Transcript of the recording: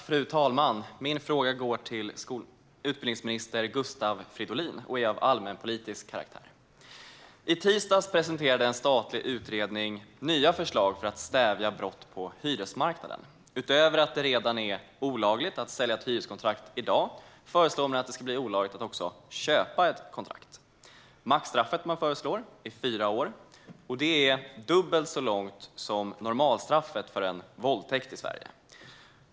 Fru talman! Min fråga går till utbildningsminister Gustav Fridolin och är av allmänpolitisk karaktär. I tisdags presenterade en statlig utredning nya förslag för att stävja brott på hyresmarknaden. Utöver att det redan är olagligt att sälja ett hyreskontrakt i dag föreslår man att det också ska bli olagligt att köpa ett kontrakt. Maxstraffet man föreslår är fyra år. Det är dubbelt så långt som normalstraffet för en våldtäkt i Sverige.